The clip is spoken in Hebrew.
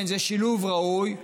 כן, זה שילוב ראוי.